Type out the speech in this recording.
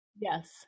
yes